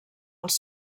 els